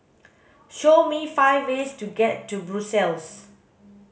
show me five ways to get to Brussels